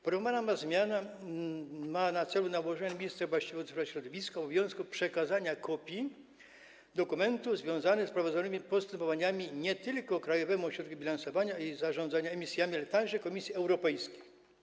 Proponowana zmiana ma na celu nałożenie na ministra właściwego do spraw środowiska obowiązku przekazania kopii dokumentów związanych z prowadzonymi postępowaniami nie tylko Krajowemu Ośrodkowi Bilansowania i Zarządzania Emisjami, ale także Komisji Europejskiej.